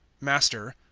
master,